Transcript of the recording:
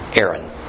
Aaron